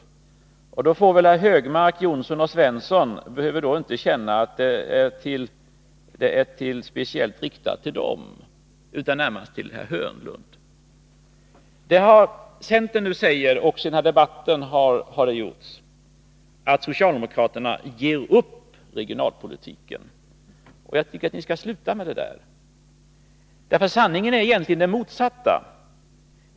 Då behöver herrar Högmark, Jonsson och Svensson inte känna att de är speciellt riktade till dem. Centern säger — också i den här debatten — att socialdemokraterna ger upp regionalpolitiken. Jag tycker att ni skall sluta med det där, för sanningen är egentligen den motsatta.